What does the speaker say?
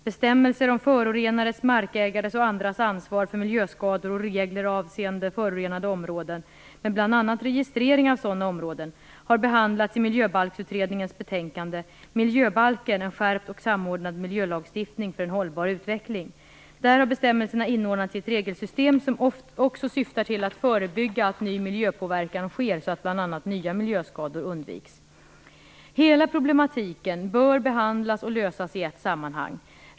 Bestämmelser om förorenares, markägares och andras ansvar för miljöskador och regler avseende förorenade områden, med bl.a. registrering av sådana områden, har behandlats i Miljöbalksutredningens betänkande Miljöbalken - en skärpt och samordnad miljölagstiftning för en hållbar utveckling. Där har bestämmelserna inordnats i ett regelsystem som också syftar till att förebygga att ny miljöpåverkan sker så att bl.a. nya miljöskador undviks. Hela problematiken bör behandlas och lösas i ett sammanhang.